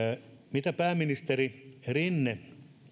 mitä pääministeri rinne